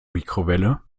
mikrowelle